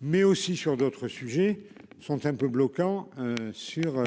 mais aussi sur d'autres sujets sont un peu bloquant sur.